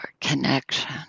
connection